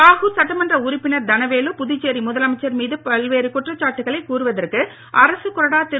பாகூர் சட்டமன்ற உறுப்பினர் தனவேலு புதுச்சேரி முதலமைச்சர் மீது பல்வேறு குற்றச்சாட்டுகளை கூறுவதற்கு அரசுகொறடா திரு